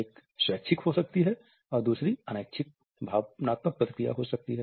एक स्वैच्छिक हो सकती है और दूसरी अनैच्छिक भावनात्मक प्रतिक्रिया हो सकती है